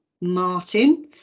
Martin